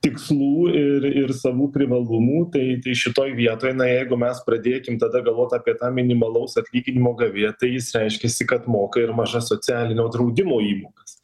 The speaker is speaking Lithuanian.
tikslų ir ir savų privalumų tai tai šitoj vietoj na jeigu mes pradėkim tada galvot apie tą minimalaus atlyginimo gavėją tai jis reiškiasi kad moka ir mažas socialinio draudimo įmokas